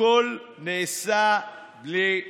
הכול נעשה בלי נתונים.